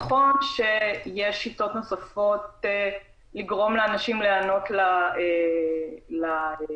נכון שיש שיטות נוספות לגרום לאנשים להיענות להנחיות,